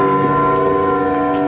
or